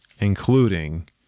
including